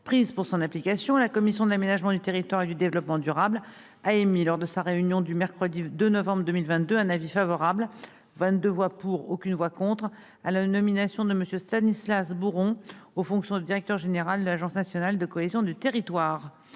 prises pour son application, la commission de l'aménagement du territoire et du développement durable a émis, lors de sa réunion du mercredi 2 novembre 2022, un avis favorable, par 22 voix pour et aucune voix contre, à la nomination de M. Stanislas Bourron aux fonctions de directeur général de l'Agence nationale de la cohésion des territoires.